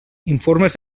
informes